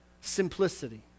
Simplicity